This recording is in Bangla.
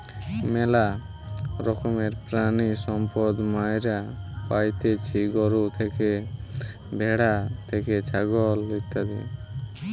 ম্যালা রকমের প্রাণিসম্পদ মাইরা পাইতেছি গরু থেকে, ভ্যাড়া থেকে, ছাগল ইত্যাদি